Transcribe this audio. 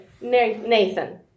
Nathan